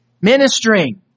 Ministering